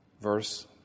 Verse